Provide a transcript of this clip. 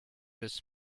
this